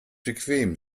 bequem